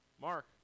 Mark